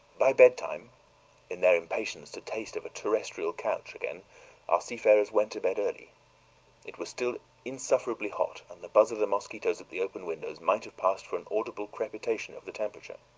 by bedtime in their impatience to taste of a terrestrial couch again our seafarers went to bed early it was still insufferably hot, and the buzz of the mosquitoes at the open windows might have passed for an audible crepitation of the temperature.